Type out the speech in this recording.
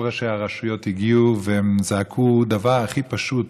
כל ראשי הרשויות הגיעו והם זעקו דבר הכי פשוט